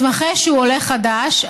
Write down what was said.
ואני מצטטת: מתמחה שהוא עולה חדש,